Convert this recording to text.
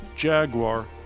Jaguar